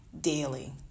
daily